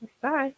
Bye